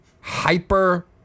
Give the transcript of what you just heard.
hyper